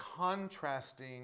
contrasting